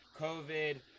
covid